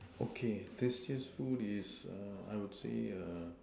okay tastiest food is err I wound say err